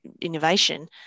innovation